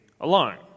alone